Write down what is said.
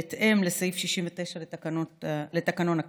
בהתאם לסעיף 69 לתקנון הכנסת,